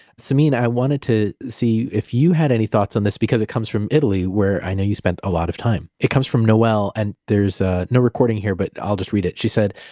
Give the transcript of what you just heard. samin, i wanted to see if you had any thoughts on this because it comes from italy, where i know you spent a lot of time. it comes from noelle, and there's ah no recording here, but i'll just read it she said,